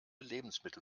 lebensmittel